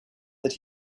that